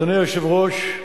אדוני היושב-ראש,